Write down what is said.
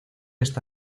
esta